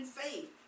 faith